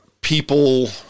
people